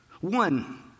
One